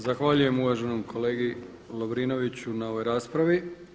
Zahvaljujem uvaženom kolegi Lovrinoviću na ovoj raspravi.